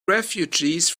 refugees